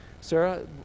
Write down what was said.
Sarah